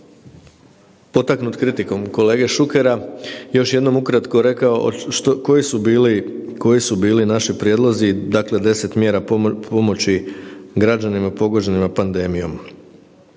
potaknut kritikom od kolege Šukera još jednom ukratko rekao koji su bili naši prijedlozi dakle 10 mjera pomoći građanima pogođenima pandemijom.